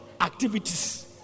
activities